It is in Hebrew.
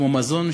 כמו מזון,